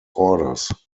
orders